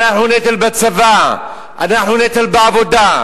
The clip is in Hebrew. אנחנו נטל בצבא, אנחנו נטל בעבודה.